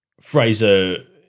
Fraser